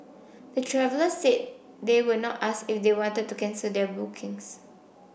the travellers said they were not asked if they wanted to cancel their bookings